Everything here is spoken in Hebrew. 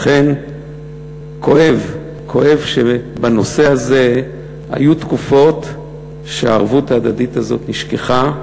לכן כואב שבנושא הזה היו תקופות שהערבות ההדדית הזאת נשכחה,